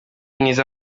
mwiza